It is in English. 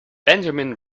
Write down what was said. benjamin